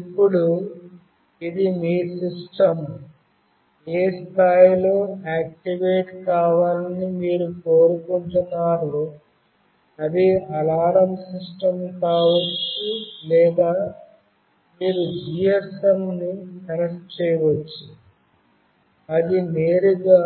ఇప్పుడు ఇది మీ సిస్టమ్ ఏ స్థాయిలోఆక్టివేట్ కావాలని మీరు కోరుకుంటున్నారో ఇది అలారం సిస్టం కావచ్చు లేదా మీరు GSM ని కనెక్ట్ చేయవచ్చు అది నేరుగా